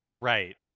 Right